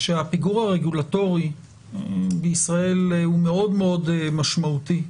שהפיגור הרגולטורי בישראל הוא מאוד מאוד משמעותי,